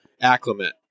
acclimate